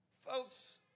Folks